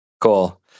Cool